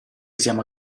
siamo